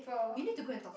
you need to go and talk